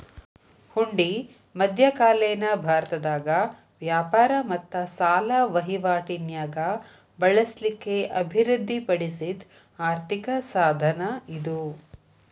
ಹುಂಡಿ ಮಧ್ಯಕಾಲೇನ ಭಾರತದಾಗ ವ್ಯಾಪಾರ ಮತ್ತ ಸಾಲ ವಹಿವಾಟಿ ನ್ಯಾಗ ಬಳಸ್ಲಿಕ್ಕೆ ಅಭಿವೃದ್ಧಿ ಪಡಿಸಿದ್ ಆರ್ಥಿಕ ಸಾಧನ ಇದು